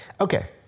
Okay